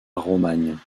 romagne